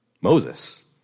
Moses